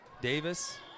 Davis